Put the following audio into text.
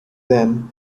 then